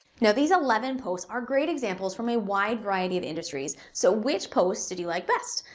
now these eleven posts are great examples from a wide variety of industries. so which posts did you like best?